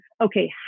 okay